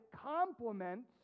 complements